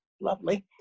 lovely